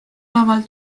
laval